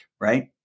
right